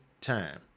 time